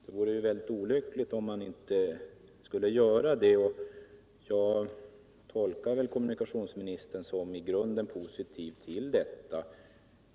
Det vore mycket olyckligt om man inte skulle göra det. Jag tolkar kommunikationsministerns uttalanden så, att han i grunden är positiv till detta.